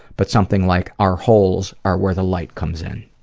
but something like, our holes are where the light comes in.